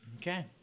Okay